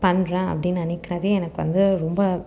பண்ணுறேன் அப்படின்னு நினைக்கிறதே எனக்கு வந்து ரொம்ப